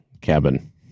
cabin